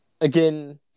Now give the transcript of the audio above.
again